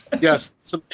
Yes